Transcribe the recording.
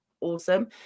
awesome